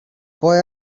boy